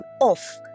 off